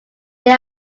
they